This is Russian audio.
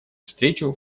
встречу